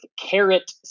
Carrot